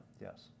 Yes